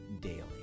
daily